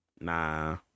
nah